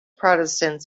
protestants